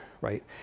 right